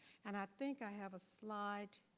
and i think i have a slide.